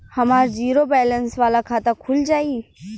हमार zero balance वाला खाता खुल जाई?